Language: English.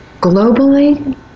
Globally